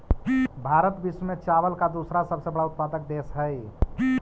भारत विश्व में चावल का दूसरा सबसे बड़ा उत्पादक देश हई